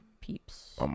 peeps